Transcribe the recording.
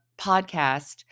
podcast